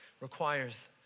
requires